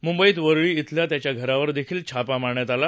मुंबईत वरळी इथल्या त्याच्या घरावर देखील छापा मारण्यात आला